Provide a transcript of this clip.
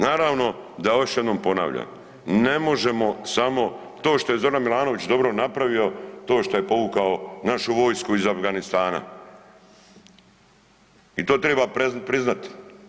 Naravno da još jednom ponavljam, ne možemo samo to što je Zoran Milanović dobro napravio, to što je povukao našu vojsku iz Afganistana i to treba priznati.